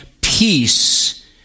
peace